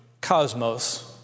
cosmos